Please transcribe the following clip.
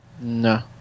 No